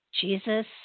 Jesus